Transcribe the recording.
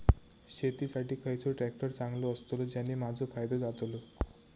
शेती साठी खयचो ट्रॅक्टर चांगलो अस्तलो ज्याने माजो फायदो जातलो?